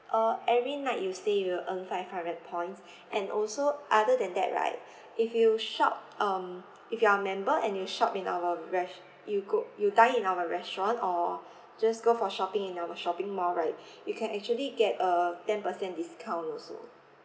uh every night you stay you will earn five hundred points and also other than that right if you shop um if you are a member and you shop in our res~ you go you dine in our restaurant or just go for shopping in our shopping mall right you can actually get a ten percent discount also